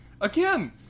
again